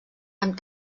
amb